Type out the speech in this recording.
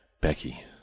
Becky